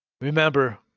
remember